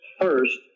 first